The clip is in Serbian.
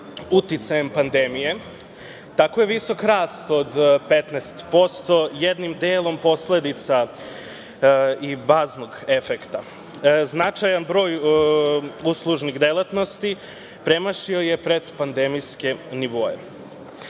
uticajem pandemije, tako je visok rast od 15% jednim delom posledica i baznog efekta. Značajan broj uslužnih delatnosti premašio je predpandemijske nivoe.